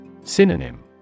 Synonym